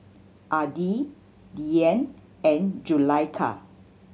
Adi Dian and Zulaikha